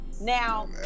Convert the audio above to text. Now